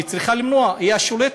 היא צריכה למנוע, היא השולטת,